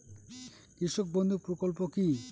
কৃষক বন্ধু প্রকল্প কি?